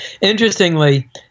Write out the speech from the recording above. Interestingly